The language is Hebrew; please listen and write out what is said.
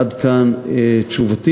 עד כאן תשובתי.